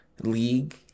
league